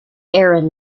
aaron